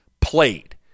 played